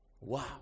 wow